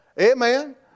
Amen